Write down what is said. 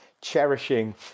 cherishing